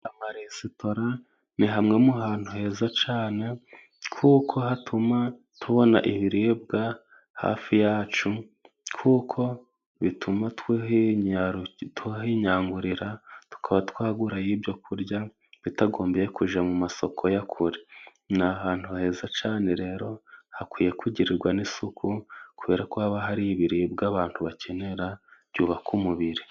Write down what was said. Amaresitora ni hamwe mu hantu heza cyane kuko hatuma tubona ibiribwa hafi yacu kuko bituma tuhinyagurira tukaba twagurayo ibyo kurya bitagombye kujya mu masoko ya kure. Ni ahantu heza cyane rero ,hakwiye kugirirwa isuku kubera ko haba hari ibiribwa abantu bakenera byubaka umubiri.